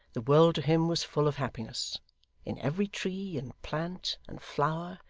the world to him was full of happiness in every tree, and plant, and flower,